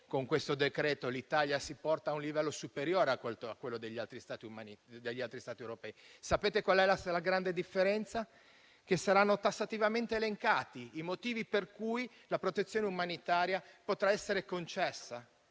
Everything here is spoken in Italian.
con questo decreto-legge l'Italia si porta a un livello superiore a quello degli altri Stati europei. Sapete qual è la grande differenza? Che saranno tassativamente elencati i motivi per cui la protezione umanitaria potrà essere concessa.